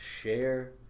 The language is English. share